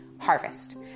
harvest